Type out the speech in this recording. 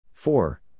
four